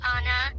Anna